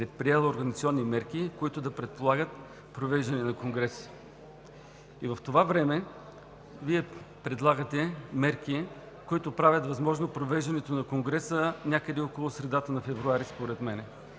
да е предприел организационни мерки, които да предполагат провеждането на конгреса, а в това време Вие предлагате мерки, които правят възможно провеждането на конгреса някъде около средата на февруари, според мен,